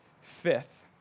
Fifth